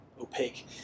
opaque